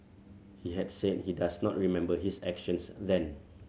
he had said he does not remember his actions then